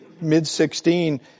mid-16